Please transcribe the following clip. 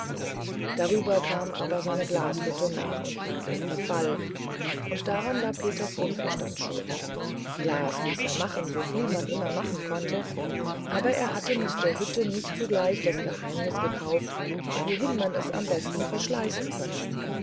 darüber kam aber seine glashütte nach und nach in verfall und daran war peters unverstand schuld glas ließ er machen soviel man immer machen konnte aber er hatte mit der hütte nicht zugleich das geheimnis gekauft wohin man es am besten verschleißen könne